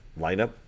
lineup